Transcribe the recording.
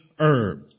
herb